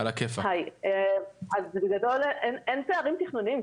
אין פערים תכנוניים.